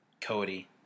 Cody